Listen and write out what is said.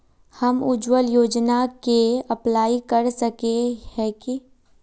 हम उज्वल योजना के अप्लाई कर सके है की?